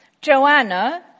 Joanna